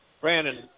Brandon